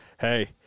Hey